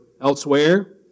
elsewhere